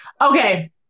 Okay